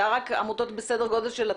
זה היה רק עמותות בסדר גודל של 'לתת'